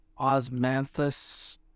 osmanthus